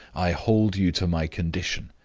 i hold you to my condition.